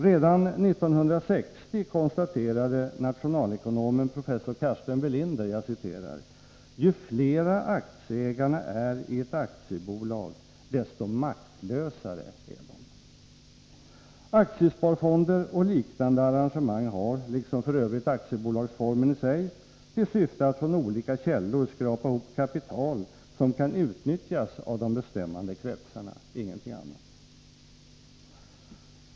Redan 1960 konstaterade nationalekonomen professor Carsten Welinder: ”Ju flera aktieägarna är i ett aktiebolag, desto maktlösare är de.” Aktiesparfonder och liknande arrangemang har, liksom f. ö. aktiebolagsformen i sig, till syfte att från olika källor skrapa ihop kapital som kan utnyttjas av de bestämmande kretsarna, ingenting annat.